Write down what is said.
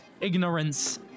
ignorance